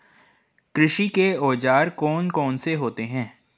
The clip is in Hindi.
कृषि के औजार कौन कौन से होते हैं?